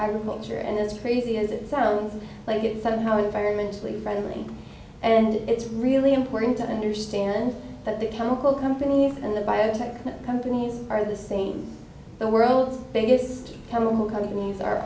reporter and as crazy as it sounds like it somehow environmentally friendly and it's really important to understand that the chemical companies and the biotech companies are the same the world's biggest chemical companies are